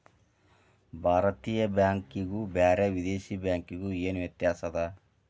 ಭಾರತೇಯ ಬ್ಯಾಂಕಿಗು ಬ್ಯಾರೆ ವಿದೇಶಿ ಬ್ಯಾಂಕಿಗು ಏನ ವ್ಯತ್ಯಾಸದ?